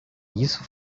isso